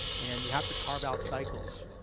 and you have to carve out cycles,